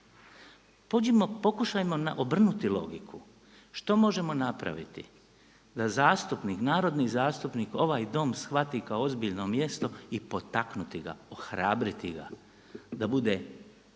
Pokušajmo obrnuti logiku, što možemo napraviti da zastupnik, narodni zastupnik, ovaj Dom shvati kao ozbiljno mjesto i potaknuti ga, ohrabriti ga da bude